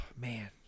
man